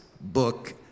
book